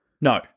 No